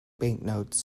banknotes